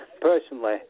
personally